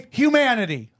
humanity